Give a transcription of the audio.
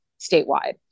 statewide